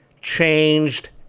changed